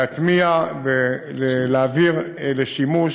להטמיע אנרגיות חלופיות, ולהעביר לשימוש